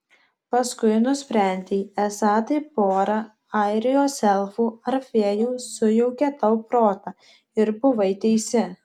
paskui nusprendei esą tai pora airijos elfų ar fėjų sujaukė tau protą ir buvai teisi